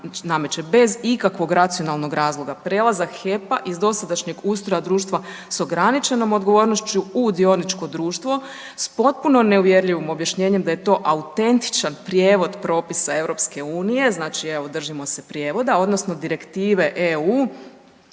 bez ikakvog racionalnog razloga prelazak HEP-a iz dosadašnjeg ustroja društva s ograničenom odgovornošću u dioničko društvo s potpuno neuvjerljivim objašnjenjem da je to autentičan prijevod propisa EU, evo držimo se prijevoda odnosno Direktive EU